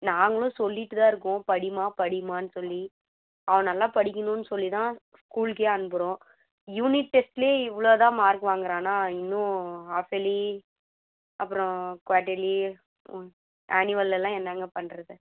நாங்களும் சொல்லிகிட்டு தான் இருக்கோம் படிமா படிமான்னு சொல்லி அவள் நல்லா படிக்கணும்ன்னு சொல்லி தான் ஸ்கூலுக்கே அனுப்புகிறோம் யூனிட் டெஸ்ட்லையே இவ்வளோதான் மார்க் வாங்குறான்னா இன்னும் ஆஃப்பலி அப்புறம் குவார்ட்டலி ஆன்யுவல்லலாம் என்னங்க பண்ணுறது